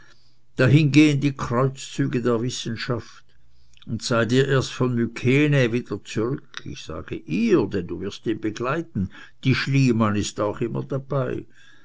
dahin gehen die kreuzzüge der wissenschaft und seid ihr erst von mykenä wieder zurück ich sage ihr denn du wirst ihn begleiten die schliemann ist auch immer dabei